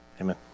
Amen